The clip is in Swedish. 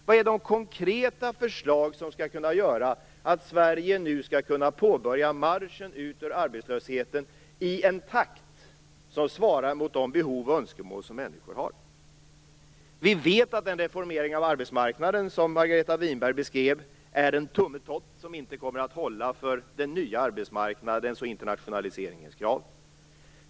Vilka är de konkreta förslag som skall kunna göra att Sverige nu skall kunna påbörja marschen ut ur arbetslösheten i en takt som svarar mot de behov och önskemål som människor har? Vi vet att den reformering av arbetsmarknaden som Margareta Winberg beskrev är en tummetott som inte kommer att hålla för den nya arbetsmarknadens och internationaliseringens krav.